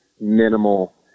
minimal